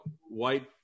white